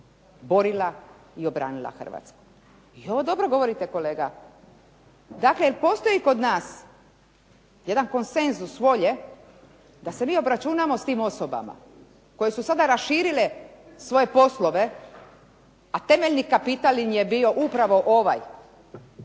borila i obranila Hrvatsku. I ovo dobro govorite kolega. Dakle, jel' postoji kod nas jedan konsenzus volje da se mi obračunamo sa tim osobama koje su sada raširile svoje poslove, a temeljni kapital im je bio upravo ovaj